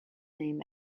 name